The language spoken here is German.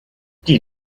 die